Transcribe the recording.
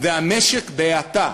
והמשק בהאטה.